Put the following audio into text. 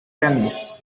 tenis